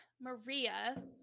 maria